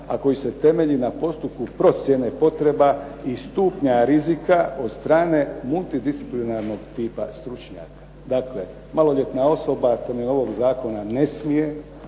a koji se temelji na postupku procjene potreba i stupnja rizika od strane multidisciplinarnog tipa stručnjaka. Dakle maloljetna osoba temeljem ovog zakona ne smije,